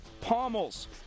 Pommels